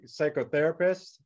psychotherapist